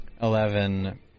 Eleven